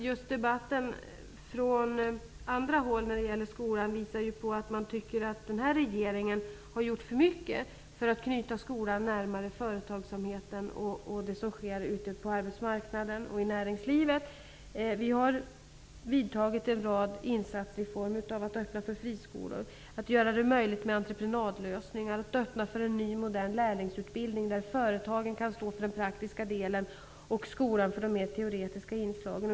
Just debatten från andra håll när det gäller skolan visar att man tycker att den här regeringen har gjort för mycket för att knyta skolan närmare företagsamheten och det som sker ute på arbetsmarknaden och i näringslivet. Regeringen har vidtagit en rad insatser i form av att öppna för friskolor, att göra det möjligt med entreprenadlösningar och att öppna för en ny modern lärlingsutbildning där företagen står för den praktiska delen och skolan för de mer teoretiska inslagen.